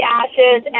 ashes